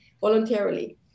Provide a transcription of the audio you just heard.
voluntarily